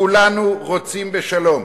כולנו רוצים בשלום.